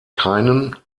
keinen